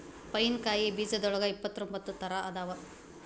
pine ಕಾಯಿ ಬೇಜದೋಳಗ ಇಪ್ಪತ್ರೊಂಬತ್ತ ತರಾ ಅದಾವ